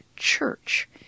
church